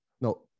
No